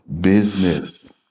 business